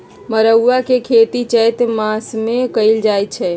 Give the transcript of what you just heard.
मरुआ के खेती चैत मासमे कएल जाए छै